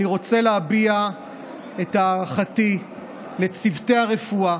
אני רוצה להביע את הערכתי לצוותי הרפואה,